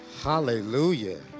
Hallelujah